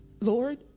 Lord